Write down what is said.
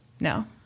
No